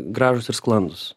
gražūs ir sklandūs